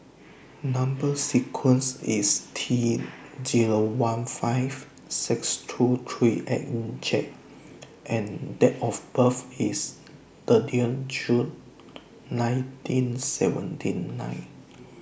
Number sequence IS T Zero one five six two three eight J and Date of birth IS thirty June nineteen seventy nine